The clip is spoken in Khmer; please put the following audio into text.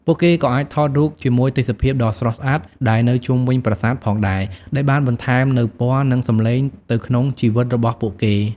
ពួកគេក៏អាចថតរូបជាមួយទេសភាពដ៏ស្រស់ស្អាតដែលនៅជុំវិញប្រាសាទផងដែរ ដែលបានបន្ថែមនូវពណ៌និងសម្លេងទៅក្នុងជីវិតរបស់ពួកគេ។